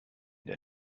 der